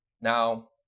Now